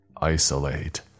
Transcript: isolate